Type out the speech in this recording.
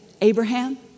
Abraham